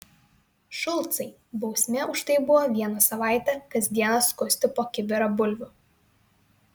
šulcai bausmė už tai buvo vieną savaitę kas dieną skusti po kibirą bulvių